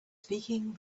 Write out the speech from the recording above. speaking